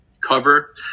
cover